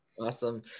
Awesome